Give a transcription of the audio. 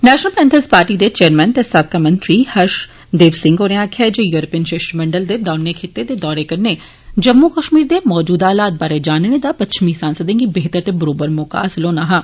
national panthers party दे chairman ते साबका मंत्री हर्षदेव सिंह होरे आक्खेआ जे यूरोपीय शिष्टमंडल दे दौने खित्तें दे दौरे कन्नै जम्मु कश्मीर दे मौजूदा हालात बारे जानने दा पच्छमीं सांसदें गी बेहतर बरोबर मौका हासिल होना हा